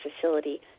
facility